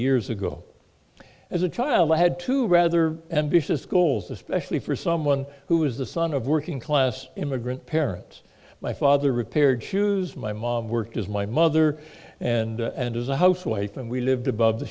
years ago as a child i had two rather ambitious goals especially for someone who was the son of working class immigrant parents my father repaired shoes my mom worked as my mother and and as a housewife and we lived above the